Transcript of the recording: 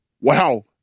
wow